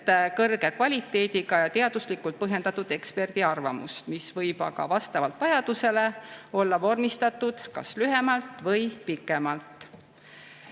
kõrge kvaliteediga ja teaduslikult põhjendatud eksperdiarvamust, mis võib aga vastavalt vajadusele olla vormistatud kas lühemalt või pikemalt.